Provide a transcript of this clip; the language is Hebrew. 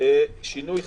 שינוי חקיקה.